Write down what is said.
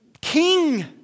king